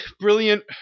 brilliant